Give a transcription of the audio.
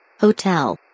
Hotel